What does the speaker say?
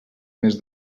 més